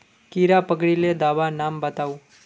कीड़ा पकरिले दाबा नाम बाताउ?